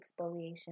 exfoliation